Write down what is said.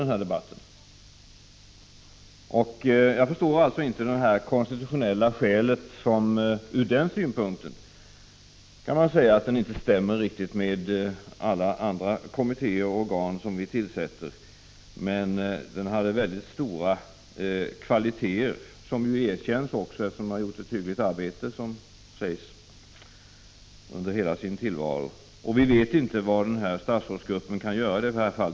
Men debatten i delegationen låstes inte. Jag förstår inte det konstitutionella skälet att avskaffa datadelegationen. Man kan naturligtvis säga att den inte är likadan som alla andra kommittéer — Prot. 1985/86:53 och organ som vi tillsätter. Men den hade väldigt stora kvaliteter. Det i 17 december 1985 erkänns också — man säger att den har gjort ett hyggligt arbete under hela sin | Lå tillvaro. | Datapolitik Vi vet inte vad statsrådsgruppen kan göra.